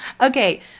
Okay